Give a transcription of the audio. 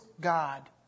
God